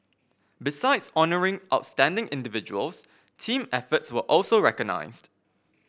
besides honouring outstanding individuals team efforts were also recognised